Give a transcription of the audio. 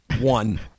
One